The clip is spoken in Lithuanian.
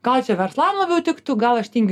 gal čia verslam labiau tiktų gal aš tingiu